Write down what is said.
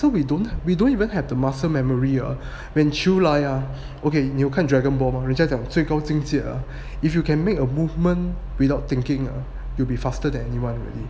so we don't we don't even have the muscle memory err when 球来啊 okay 你有看 dragon ball 吗人家讲的最高境界 ah if you can make a movement without thinking you'll be faster than anyone already